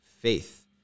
faith